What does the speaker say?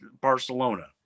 Barcelona